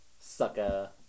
sucker